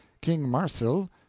king marsil.